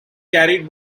carried